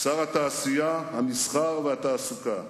שר התעשייה, המסחר והתעסוקה,